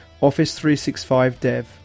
Office365Dev